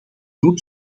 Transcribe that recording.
hulp